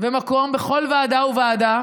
ומקום בכל ועדה וועדה,